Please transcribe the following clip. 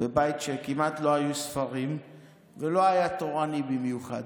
בבית שכמעט לא היו בו ספרים ולא היה תורני במיוחד,